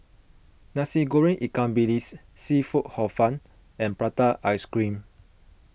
Nasi Goreng Ikan Bilis Seafood Hor Fun and Prata Ice Cream